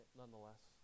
nonetheless